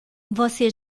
você